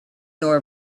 nor